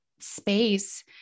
space